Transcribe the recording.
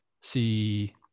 see